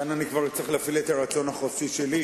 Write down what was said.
כאן אני כבר אצטרך להפעיל את הרצון החופשי שלי,